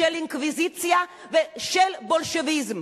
של אינקוויזיציה ושל בולשביזם,